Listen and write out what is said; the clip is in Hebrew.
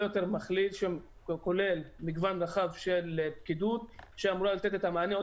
יותר כולל שכולל מגוון רחב של פקידות שאמור לתת את המענה עוד